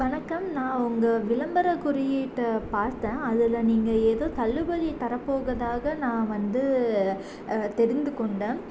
வணக்கம் நான் உங்கள் விளம்பர குறியீட்டை பார்த்தேன் அதில் நீங்கள் ஏதோ தள்ளுபடி தரப்போவதாக நான் வந்து தெரிந்து கொண்டேன்